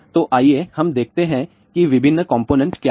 तो आइए हम देखते हैं कि विभिन्न कॉम्पोनेंट क्या हैं